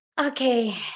Okay